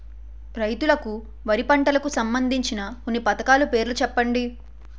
రైతులకు వారి పంటలకు సంబందించిన కొన్ని పథకాల పేర్లు చెప్పండి?